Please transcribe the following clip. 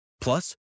Plus